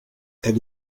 elle